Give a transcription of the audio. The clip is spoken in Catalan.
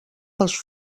pels